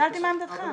שאלתי מה עמדתך.